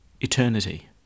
eternity